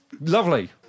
Lovely